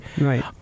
Right